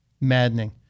Maddening